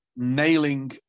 nailing